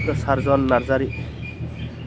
होसारजन Narzary